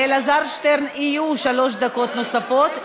לאלעזר שטרן יהיו שלוש דקות נוספות,